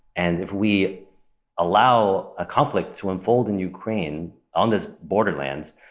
and if we allow a conflict to unfold in ukraine on this borderlands,